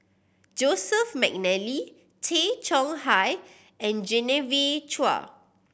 Joseph McNally Tay Chong Hai and Genevieve Chua